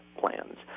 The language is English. plans